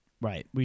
Right